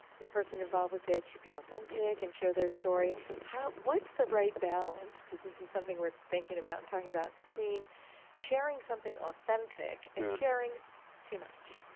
the person involved with it should be authentic and share their story. how. what's the right balance, because this is something we're thinking about and talking about, between sharing something authentic and sharing too much,